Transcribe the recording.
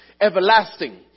everlasting